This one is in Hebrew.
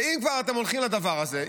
ואם כבר אתם הולכים לדבר הזה,